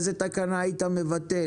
איזו תקנה היית מבטל?